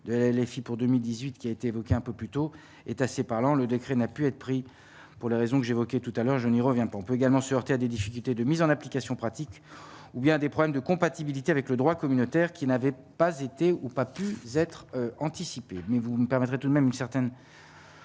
de LFI pour 2018, qui a été évoqué un peu plus tôt est assez parlant, le décret n'a pu être pris pour les raisons que j'évoquais tout à l'heure, je n'y reviens pas, on peut également se heurter à des difficultés de mise en application pratique ou bien des problèmes de compatibilité avec le droit communautaire, qui n'avait pas été ou pas pu être anticipé mais vous me permettrez tout de même une certaine.